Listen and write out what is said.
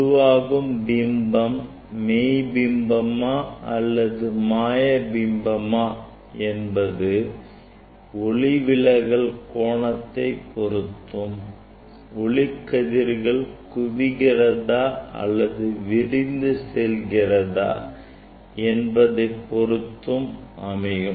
உருவாகும் பிம்பம் மெய்பிம்பமா அல்லது மாய பிம்பமா என்பது ஒளிவிலகல் கோணத்தை பொருத்தும் ஒளி கதிர்கள் குவிகிறதா அல்லது விரிந்து செல்கிறதா என்பதை பொருத்தும் அமையும்